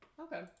Okay